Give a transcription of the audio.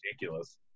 ridiculous